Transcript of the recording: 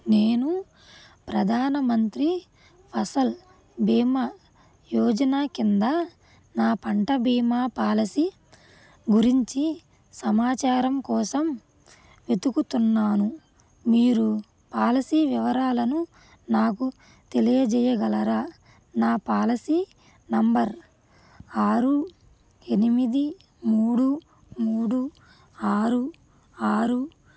నేను ప్రధాన మంత్రి ఫసల్ భీమా యోజన కింద నా పంట భీమా పాలసీ గురించి సమాచారం కోసం వెతుకుతున్నాను మీరు పాలసీ వివరాలను నాకు తెలియజేయగలరా నా పాలసీ నంబర్ ఆరు ఎనిమిది మూడు మూడు ఆరు ఆరు